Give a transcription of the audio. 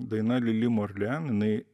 daina lili morlen jinai